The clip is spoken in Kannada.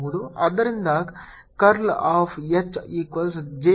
ಆದ್ದರಿಂದ curl of H equals J equals 0 ಕ್ಕೆ ಸಮಾನವಾಗಿರುತ್ತದೆ